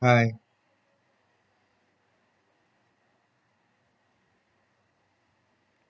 hi